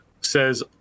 says